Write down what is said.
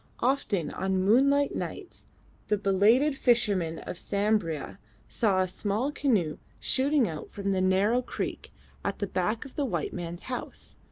often on moonlight nights the belated fishermen of sambira saw a small canoe shooting out from the narrow creek at the back of the white man's house,